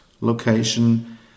location